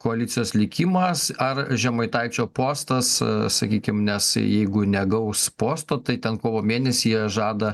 koalicijos likimas ar žemaitaičio postas sakykim nes jeigu negaus posto tai ten kovo mėnesyje žada